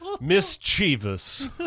Mischievous